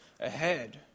ahead